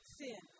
sin